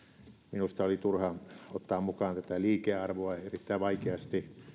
minusta oli turha ottaa mukaan tätä liikearvoa erittäin vaikeasti